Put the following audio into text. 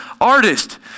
artist